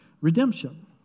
redemption